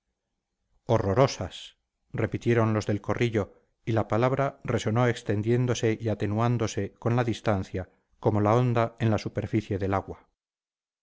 horrorosas repitieron los del corrillo y la palabra resonó extendiéndose y atenuándose con la distancia como la onda en la superficie del agua